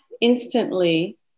instantly